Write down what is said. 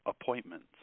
appointments